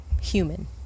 human